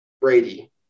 Brady